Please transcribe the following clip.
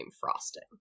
frosting